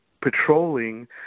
patrolling